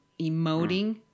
emoting